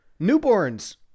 Newborns